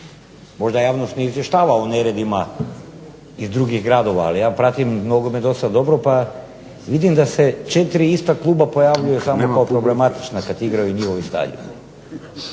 Možda javnost ne izvještava o neredima iz drugih gradova, ali ja pratim nogomet dosta dobro pa vidim da se četiri ista kluba pojavljuju samo kao problematična kad igraju na njihovim stadionima.